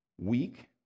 weak